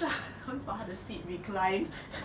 then 把他的 seat recline